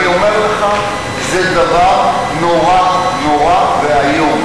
אני אומר לך, זה דבר נורא ואיום.